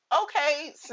okay